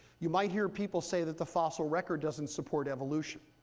you might hear people say that the fossil record doesn't support evolution.